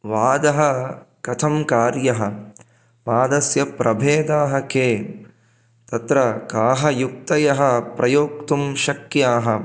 वादः कथं कार्यः वादस्य प्रभेदाः के तत्र काः युक्तयः प्रयोक्तुं शक्याः